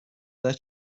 their